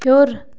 ہیوٚر